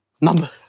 Number